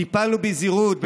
טיפלנו בזהירות,